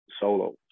solo